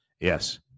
Yes